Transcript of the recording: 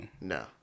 No